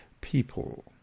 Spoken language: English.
people